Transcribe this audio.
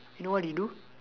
you know what he do